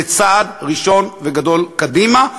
זה צעד ראשון וגדול קדימה.